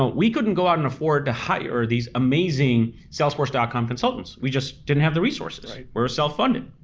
ah we couldn't go out and afford to hire these amazing salesforce dot com consultants. we just didn't have the resources. we were self funded.